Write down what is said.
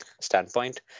standpoint